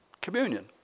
communion